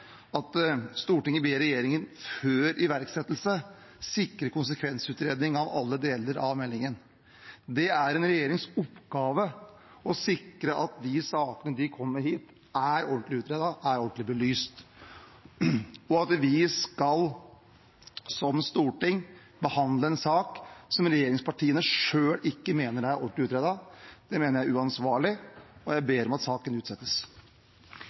at Stortinget ber regjeringen – før iverksettelse – sikre konsekvensutredning av alle deler av meldingen. Det er en regjerings oppgave å sikre at de sakene de kommer hit med, er ordentlig utredet, er ordentlig belyst. At vi som storting skal behandle en sak som regjeringspartiene selv mener ikke er ordentlig utredet, mener jeg er uansvarlig. Jeg ber om at saken utsettes.